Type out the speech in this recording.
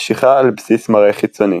משיכה על בסיס מראה חיצוני